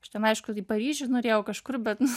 aš ten aišku į paryžių norėjau kažkur bet nu